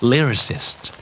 Lyricist